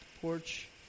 porch